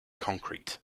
concrete